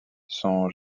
sont